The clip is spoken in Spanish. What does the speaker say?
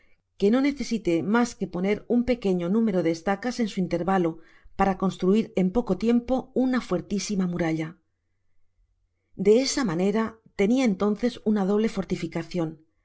que no necesité mas que poner un pequeño número de estacas en su intér valo para construir en poco tiempo una fuertisima muralla de esa manera tenia entonces una doble fortificacion